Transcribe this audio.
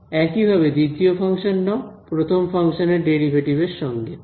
একইভাবে দ্বিতীয় ফাংশন নাও প্রথম ফাংশানের ডেরিভেটিভ এর সঙ্গে